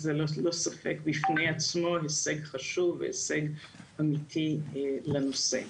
וזה ללא ספק בפני עצמו הישג חשוב והישג אמיתי לנושא.